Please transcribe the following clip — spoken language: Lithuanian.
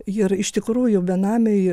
jie iš tikrųjų benamiai